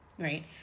right